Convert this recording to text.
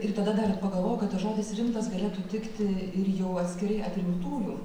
ir tada dar pagalvojau kad tas žodis rimtas galėtų tikti ir jau atskirai atrinktųjų